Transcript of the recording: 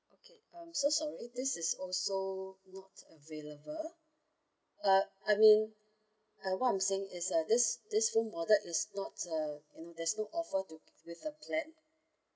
okay um so sorry this is also not available uh I mean I want to say it's a this this phone model is not err you know there's no offer with with the plan